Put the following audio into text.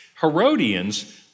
Herodians